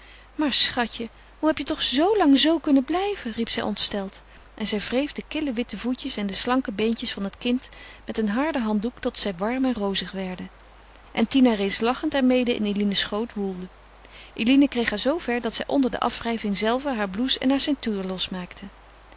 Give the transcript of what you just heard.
maar schatje hoe heb je toch zoolang z kunnen blijven riep zij ontsteld en zij wreef de kille witte voetjes en de slanke beentjes van het kind met een harden handdoek tot zij warm en rozig werden en tina reeds lachend er mede in eline's schoot woelde eline kreeg haar zoo ver dat zij onder de afwrijving zelve haar blouse en haar ceintuur losmaakte